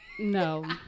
No